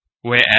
Whereas